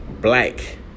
black